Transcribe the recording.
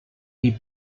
die